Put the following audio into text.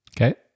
Okay